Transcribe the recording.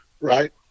right